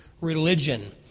Religion